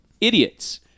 idiots